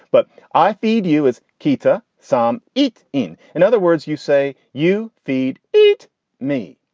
but i feed you is kita some eat in. in other words, you say you feed eat me.